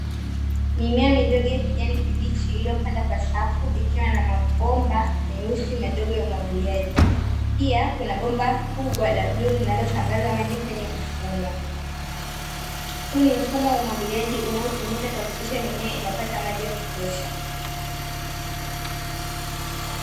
Mimea midogo ya kijani kibichi, iliyopandwa kwa safu, ikiwa na mabomba meusi madogo ya umwagiliaji, pia kuna bomba kubwa la bluu linalosambaza maji kwenye mfumo. Huu ni mfumo wa umwagiliaji unaotumika kuhakikisha mimea inapata maji ya kutosha.